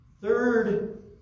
Third